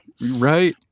right